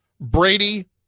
Brady